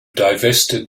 divested